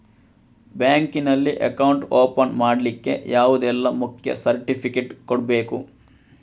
Bank ನಲ್ಲಿ account open ಮಾಡ್ಲಿಕ್ಕೆ ಯಾವುದೆಲ್ಲ ಮುಖ್ಯ ಸರ್ಟಿಫಿಕೇಟ್ ಕೊಡ್ಬೇಕು?